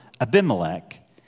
Abimelech